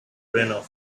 arena